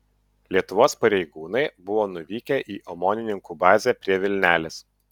lietuvos pareigūnai buvo nuvykę į omonininkų bazę prie vilnelės